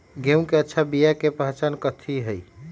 गेंहू के अच्छा बिया के पहचान कथि हई?